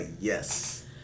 yes